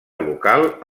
local